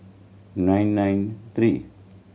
nine nine three